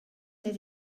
that